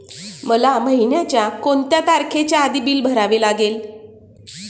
मला महिन्याचा कोणत्या तारखेच्या आधी बिल भरावे लागेल?